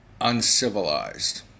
uncivilized